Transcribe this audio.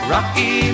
Rocky